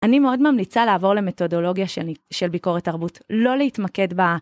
אני מאוד ממליצה לעבור למתודולוגיה של ביקורת תרבות, לא להתמקד בה.